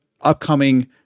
upcoming